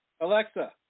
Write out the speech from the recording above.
Alexa